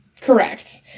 Correct